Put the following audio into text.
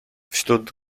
wśród